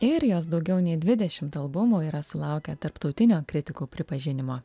ir jos daugiau nei dvidešimt albumų yra sulaukę tarptautinio kritikų pripažinimo